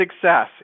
success